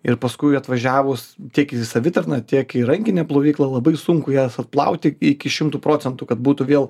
ir paskui atvažiavus tiek į savitarną tiek į rankinę plovyklą labai sunku jas atplauti iki šimtu procentų kad būtų vėl